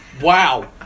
Wow